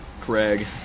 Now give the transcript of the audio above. Craig